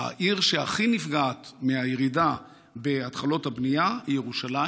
העיר שהכי נפגעת מהירידה בהתחלות הבנייה היא ירושלים.